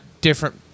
different